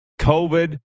COVID